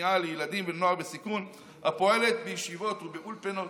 מניעה לילדים ולנוער בסיכון הפועלת בישיבות ובאולפנות.